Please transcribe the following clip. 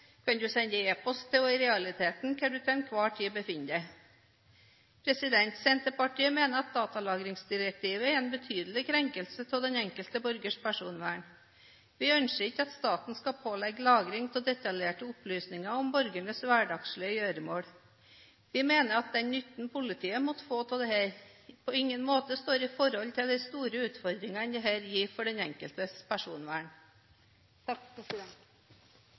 du sender e-post til, og i realiteten hvor du til enhver tid befinner deg. Senterpartiet mener at datalagringsdirektivet er en betydelig krenkelse av den enkelte borgers personvern. Vi ønsker ikke at staten skal pålegge lagring av detaljerte opplysninger om borgernes hverdagslige gjøremål. Vi mener at den nytten politiet måtte få av dette, på ingen måte står i forhold til de store utfordringene det gir for den enkeltes personvern.